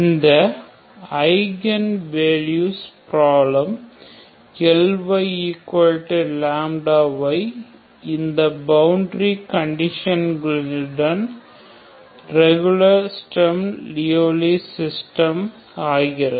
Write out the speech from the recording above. இந்த eigen values problem Ly λy இந்த boundary கண்டிஷன்களுடன் ரெகுலர் ஸ்டெர்ம் லியோவ்லி சிஸ்டம் ஆகிறது